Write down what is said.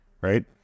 right